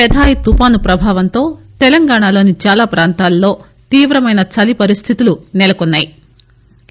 Phethai తుఫాన్ ప్రభావంతో తెలంగాణాలోని చాలా ప్రాంతాల్లో తీవ్రమైన చలి పరిస్థితులు సెలకొన్నా యి